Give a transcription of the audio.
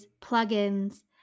plugins